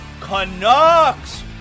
Canucks